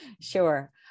sure